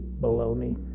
baloney